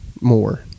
more